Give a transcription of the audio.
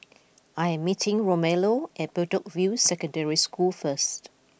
I am meeting Romello at Bedok View Secondary School first